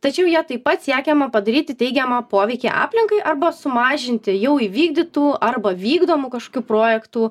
tačiau ja taip pat siekiama padaryti teigiamą poveikį aplinkai arba sumažinti jau įvykdytų arba vykdomų kažkokių projektų